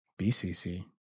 BCC